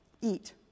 eat